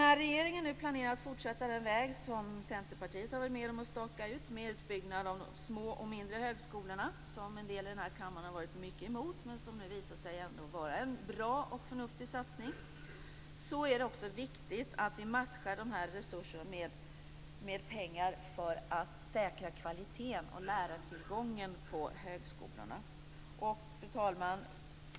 När regeringen nu planerar att fortsätta på den väg som Centerpartiet har varit med och stakat ut med utbyggnad av de små och mindre högskolorna - något som några i den här kammaren har varit mycket emot men som nu visar sig vara en bra och förnuftig satsning - är det viktigt att vi matchar resurserna med pengar för att säkra kvaliteten och lärartillgången på högskolorna. Fru talman!